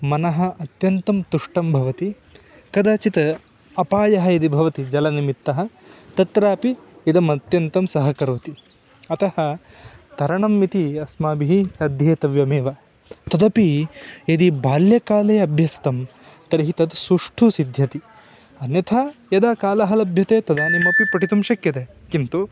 मनः अत्यन्तं तुष्टं भवति कदाचित् अपायः यदि भवति जलनिमित्तः तत्रापि इदमत्यन्तं सहकरोति अतः तरणम् इति अस्माभिः अध्येतव्यमेव तदपि यदि बाल्यकाले अभ्यस्तं तर्हि तत् सुष्ठु सिद्ध्यति अन्यथा यदा कालः लभ्यते तदानीमपि पठितुं शक्यते किन्तु